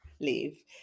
leave